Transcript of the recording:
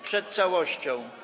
Przed całością.